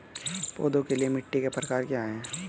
पौधों के लिए मिट्टी के प्रकार क्या हैं?